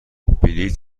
بلیط